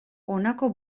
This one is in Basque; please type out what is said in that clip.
honako